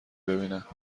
ببینم